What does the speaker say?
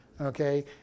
Okay